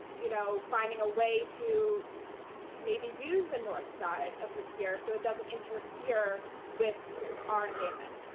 you know, finding a way to maybe use the north side of the pier. so it doesn't interfere with our investment.